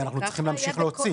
כי אנחנו צריכים להמשיך להוציא.